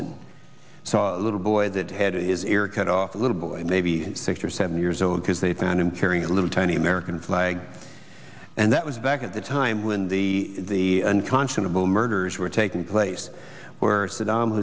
i saw a little boy that had is air cut off a little boy maybe six or seven years old because they found him carrying a little tiny american flag and that was back at the time when the the unconscionable murders were taking place where saddam